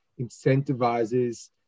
incentivizes